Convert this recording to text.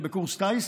בקורס טיס,